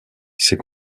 ses